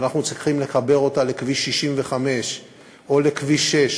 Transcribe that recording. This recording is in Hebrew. ואנחנו צריכים לחבר אותה לכביש 65 או לכביש 6,